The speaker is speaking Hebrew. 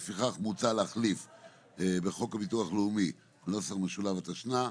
לפיכך מוצע להחליף בחוק הביטוח לאומי נוסח משולב התשנ"א,